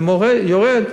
זה יורד,